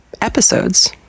episodes